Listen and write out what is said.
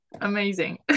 amazing